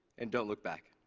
and don't look back.